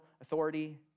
authority